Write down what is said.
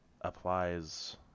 applies